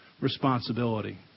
responsibility